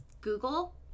Google